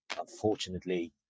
Unfortunately